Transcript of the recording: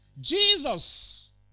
Jesus